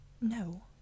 No